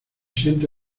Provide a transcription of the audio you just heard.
siento